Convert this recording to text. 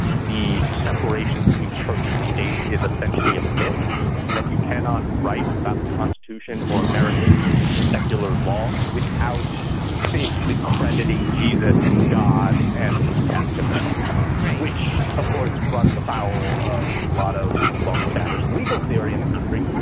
the separation between church and state is essentially a myth and that you cannot write about the constitution or american secular law without basically crediting jesus, god and the new testament. right. which of course, runs afoul of a lot of long established legal theory in the country.